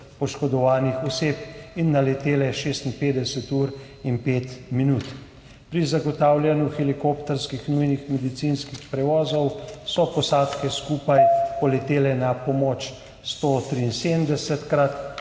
poškodovanih oseb in naletele 56 ur in 5 minut. Pri zagotavljanju helikopterskih nujnih medicinskih prevozov so posadke skupaj poletele na pomoč 173-krat,